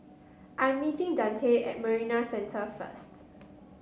I'm meeting Dante at Marina Centre first